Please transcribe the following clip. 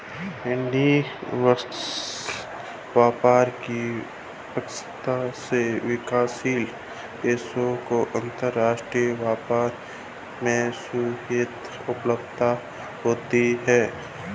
निष्पक्ष व्यापार की पद्धति से विकासशील देशों को अंतरराष्ट्रीय व्यापार में सहूलियत उपलब्ध होती है